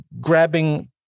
grabbing